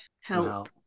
help